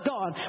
God